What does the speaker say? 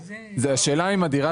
השאלה היא האם הדירה